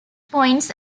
points